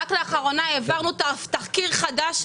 רק לאחרונה העברנו תחקיר חדש,